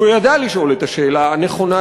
כי הוא ידע לשאול את השאלה הנכונה,